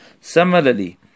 Similarly